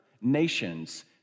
nations